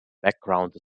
background